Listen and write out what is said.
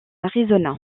arizona